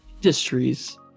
industries